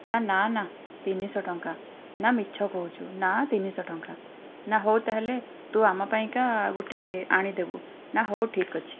ନା ନା ନା ତିନିଶହ ଟଙ୍କା ନା ମିଛ କହୁଛୁ ନା ତିନିଶହ ଟଙ୍କା ନା ହେଉ ତାହାହେଲେ ତୁ ଆମ ପାଇଁକା ଗୋଟେ ଆଣିଦେବୁ ନା ହେଉ ଠିକ୍ ଅଛି